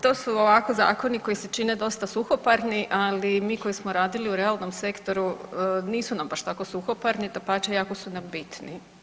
To su ovako zakoni koji se čine dosta suhoparni, ali mi koji smo radili u realnom sektoru nisu nam baš tako suhoparni, dapače jako su nam bitni.